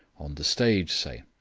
on the stage say,